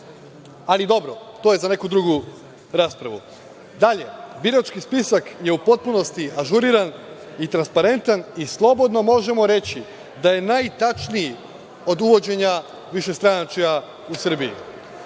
ali dobro, to je za neku drugu raspravu. Dalje, birački spisak je u potpunosti ažuriran i transparentan i slobodno možemo reći da je najtačniji od uvođenja višestranačja u Srbiji.